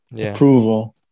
approval